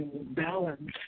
balance